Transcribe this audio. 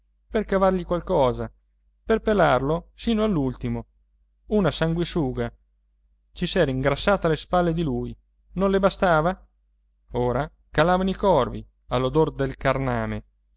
per cavargli qualcosa per pelarlo sino all'ultimo una sanguisuga ci s'era ingrassata alle spalle di lui non le bastava ora calavano i corvi all'odor del carname